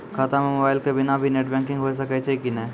खाता म मोबाइल के बिना भी नेट बैंकिग होय सकैय छै कि नै?